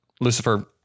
Lucifer